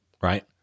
right